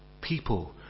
People